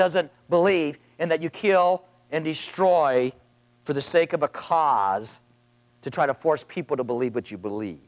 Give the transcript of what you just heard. doesn't believe in that you kill and destroy for the sake of a cause to try to force people to believe what you believe